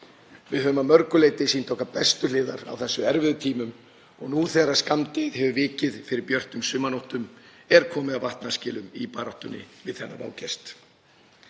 Við höfum að mörgu leyti sýnt okkar bestu hliðar á þessum erfiðu tímum og nú þegar skammdegið hefur vikið fyrir björtum sumarnóttum er komið að vatnaskilum í baráttunni við þennan vágest.